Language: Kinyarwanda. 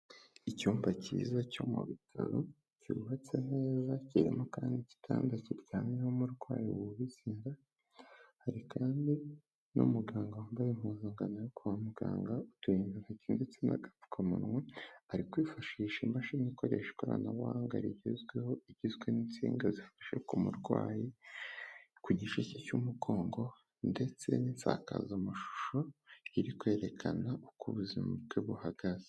Icyumba cyiza cyo mu bitaro cyubatse neza kirimo kandi igitanda kiryamyeho umurwayi wubitse inda, hari kandi n'umuganga wambaye impuzangano yo kwa muganga, uturindantoki ndetse n'agapfukamunwa, ari kwifashisha imashini ikoresha ikoranabuhanga rigezweho igizwe n'insinga zifasha ku murwayi ku gice cye cy'umugongo ndetse n'insakazamashusho iri kwerekana uko ubuzima bwe buhagaze.